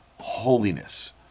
holiness